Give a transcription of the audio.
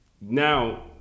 now